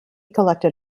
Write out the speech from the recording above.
collected